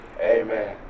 amen